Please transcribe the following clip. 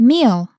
Meal